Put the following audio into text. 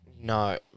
No